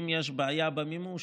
אם יש בעיה במימוש,